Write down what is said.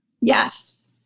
Yes